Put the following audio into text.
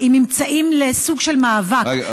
עם ממצאים לסוג של מאבק,